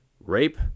rape